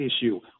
issue